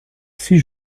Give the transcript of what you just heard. six